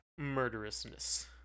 murderousness